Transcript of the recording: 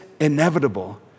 inevitable